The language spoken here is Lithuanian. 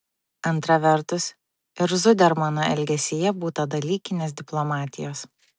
antra vertus ir zudermano elgesyje būta dalykinės diplomatijos